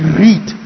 read